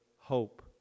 hope